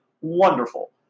wonderful